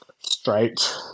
straight